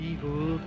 Evil